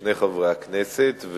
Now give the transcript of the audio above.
שני חברי הכנסת.